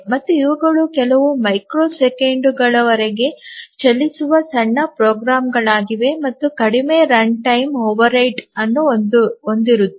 ಮತ್ತು ಇವುಗಳು ಕೆಲವು ಮೈಕ್ರೊ ಸೆಕೆಂಡುಗಳವರೆಗೆ ಚಲಿಸುವ ಸಣ್ಣ ಪ್ರೋಗ್ರಾಂಗಳಾಗಿವೆ ಮತ್ತು ಕಡಿಮೆ ರನ್ಟೈಮ್ ಓವರ್ಹೆಡ್ ಅನ್ನು ಹೊಂದಿರುತ್ತವೆ